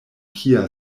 kia